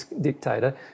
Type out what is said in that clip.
dictator